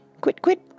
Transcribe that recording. Quit-quit